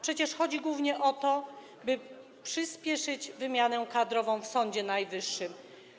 Przecież chodzi głównie o to, by przyspieszyć wymianę kadrową w Sądzie Najwyższym.